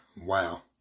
wow